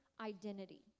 identity